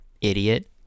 Idiot